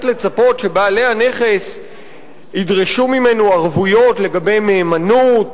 לצפות שבעלי הנכס ידרשו ממנו ערבויות לגבי מהימנות,